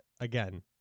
again